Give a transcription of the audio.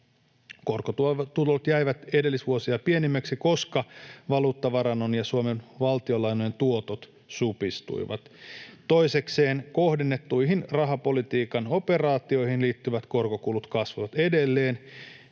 Korkotulot jäivät edellisvuosia pienemmiksi, koska valuuttavarannon ja Suomen valtionlainojen tuotot supistuivat. Toisekseen kohdennettuihin rahapolitiikan operaatioihin liittyvät korkokulut kasvoivat edelleen,